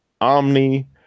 Omni